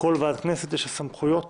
כל ועדת כנסת, יש לה סמכויות